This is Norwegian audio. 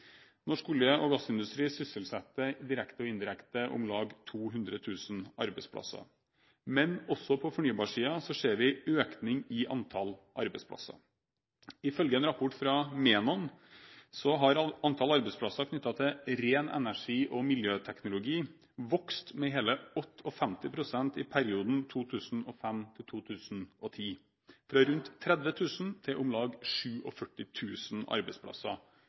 Norsk olje- og gassindustri sysselsetter direkte og indirekte om lag 200 000 personer. Men også på fornybarsiden ser vi en økning i antall arbeidsplasser. Ifølge en rapport fra Menon har antall arbeidsplasser knyttet til ren energi og miljøteknologi vokst med hele 58 pst. i perioden 2005–2010, fra rundt 30 000 til om lag 47 000 arbeidsplasser.